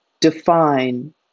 define